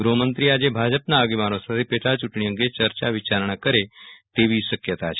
ગ્રહમંત્રી આજે ભાજપના આગેવાનો સાથે પેટા ચૂંટણી અંગે ચર્ચા વિચારણા કરે તેવી શક્યતા છે